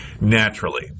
naturally